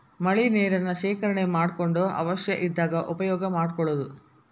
ಮಳಿ ನೇರನ್ನ ಶೇಕರಣೆ ಮಾಡಕೊಂಡ ಅವಶ್ಯ ಇದ್ದಾಗ ಉಪಯೋಗಾ ಮಾಡ್ಕೊಳುದು